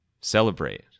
celebrate